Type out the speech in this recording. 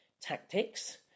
tactics